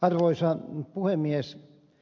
arvoisa puhemies